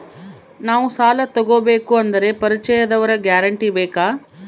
ನಾವು ಸಾಲ ತೋಗಬೇಕು ಅಂದರೆ ಪರಿಚಯದವರ ಗ್ಯಾರಂಟಿ ಬೇಕಾ?